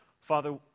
Father